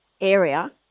area